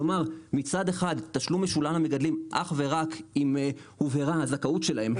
כלומר מצד אחד תשלום משולם למגדלים אף ורק אם הובהרה הזכאות שלהם,